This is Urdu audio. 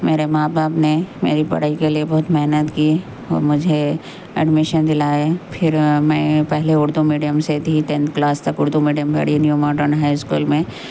میرے ماں باپ نے میری پڑھائی کے لیے بہت محنت کی اور مجھے ایڈمیشن دلائے پھر میں پہلے اردو میڈیم سے تھی ٹینتھ کلاس تک اردو میڈیم پڑھی نیو ماڈرن ہائی اسکول میں